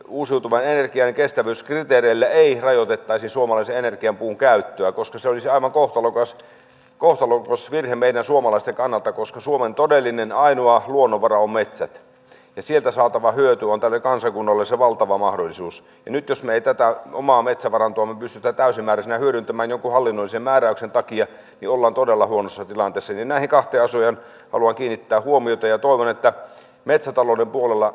uusiutuvan energian kestävyyskriteereillä ei rajoitettaisi suomalaisen energiapuun käyttöä koska se olisi aivan kohtalokas kohtalo jos virhe meidän suomalaisten kannalta koska suomen todellinen ainoat luonnonvaraa metsät ja siitä saatava hyöty on tälle kansakunnalle se valtava mahdollisuus nyt jos meitäpä omaa metsävarantoamme pystytä täysimääräisenä hyödyntämään joku hallinnoisi määräyksen takia jolla todella huono sotilaan pysyminen kahtia syö olki ja huomiota ja toivon että metsätalouden puolella